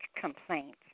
complaint